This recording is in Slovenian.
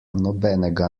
nobenega